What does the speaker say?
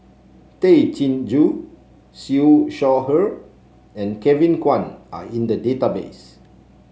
Tay Chin Joo Siew Shaw Her and Kevin Kwan are in the database